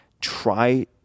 try